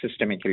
systemically